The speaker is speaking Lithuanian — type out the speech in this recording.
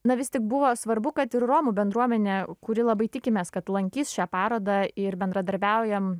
na vis tik buvo svarbu kad ir romų bendruomenė kuri labai tikimės kad lankys šią parodą ir bendradarbiaujam